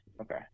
Okay